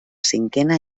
cinquena